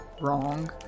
wrong